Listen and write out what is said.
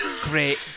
Great